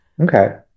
okay